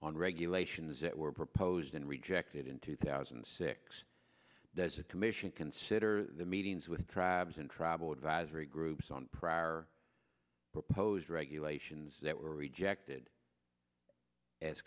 on regulations that were proposed and rejected in two thousand and six the commission consider the meetings with tribes and travel advice groups on prior proposed regulations that were rejected as